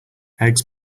eggs